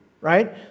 right